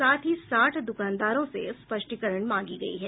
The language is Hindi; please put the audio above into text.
साथ ही साठ दुकानदारों से स्पष्टीकरण मांगी गयी है